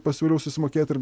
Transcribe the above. pasiūliau susimokėt ir